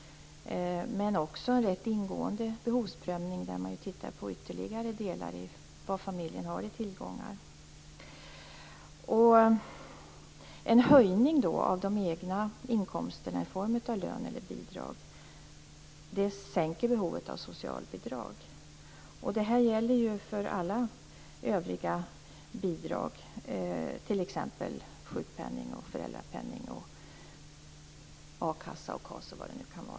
Det är en ganska ingående behovsprövning där man tittar på vad familjen ytterligare har för tillgångar. En höjning av de egna inkomsterna i form av lön eller bidrag sänker behovet av socialbidrag. Detta gäller ju för alla övriga bidrag, t.ex. sjukpenning, föräldrapenning, a-kassa och KAS.